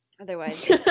Otherwise